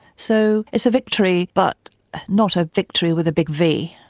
so it's a victory, but not a victory with a big v,